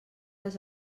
les